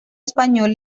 español